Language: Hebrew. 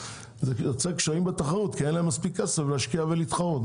זה יוצר קשיים בתחרות כי אין להם מספיק כסף להשקיע ולהתחרות.